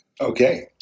okay